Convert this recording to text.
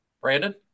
Brandon